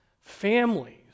families